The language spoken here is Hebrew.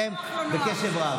כמו שהוא הקשיב לכם בקשב רב.